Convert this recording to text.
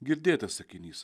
girdėtas sakinys